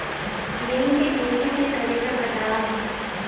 गेहूं के खेती के तरीका बताव?